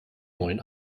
neuen